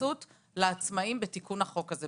התייחסות לעצמאים בתיקון החוק הזה,